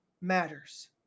matters